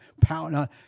power